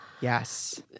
Yes